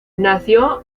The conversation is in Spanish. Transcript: nació